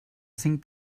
cinc